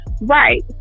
right